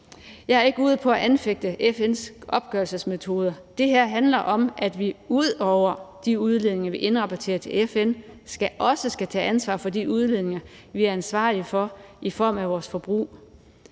Jeg er ikke ude på at anfægte FN's opgørelsesmetoder. Det her handler om, at vi ud over de udledninger, vi indrapporterer til FN, også skal tage ansvar for de udledninger, vi er ansvarlige for, i form af vores forbrug.